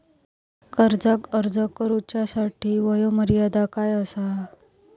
कर्जाक अर्ज करुच्यासाठी वयोमर्यादा काय आसा?